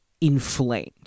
inflamed